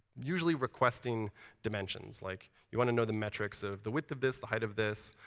usually requesting dimensions. like, you want to know the metrics of the width of this, the height of this.